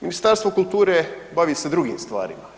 Ministarstvo kulture bavi se drugim stvarima.